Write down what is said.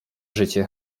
życie